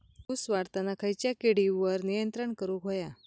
ऊस वाढताना खयच्या किडींवर नियंत्रण करुक व्हया?